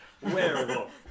Werewolf